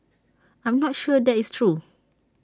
I'm not sure that is true